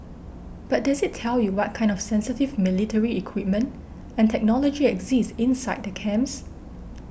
but does it tell you what kind of sensitive military equipment and technology exist inside the camps